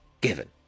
Given